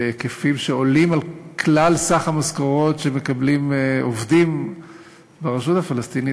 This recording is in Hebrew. בהיקפים שעולים על כלל סך המשכורות שמקבלים עובדים ברשות הפלסטינית.